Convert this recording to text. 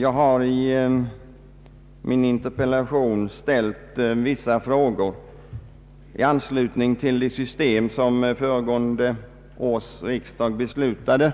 Jag ställde i interpellationen vissa frågor i anslutning till det system som föregående års riksdag beslutade